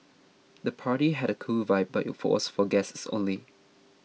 the party had a cool vibe but you for was for guests only